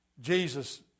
Jesus